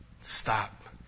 stop